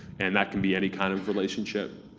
and that can be any kind of relationship,